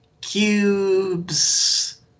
cubes